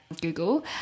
Google